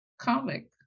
comic